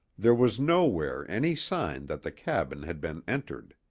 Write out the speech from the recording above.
there was nowhere any sign that the cabin had been entered.